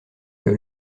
que